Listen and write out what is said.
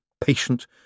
patient